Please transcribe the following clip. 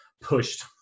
pushed